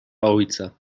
ojca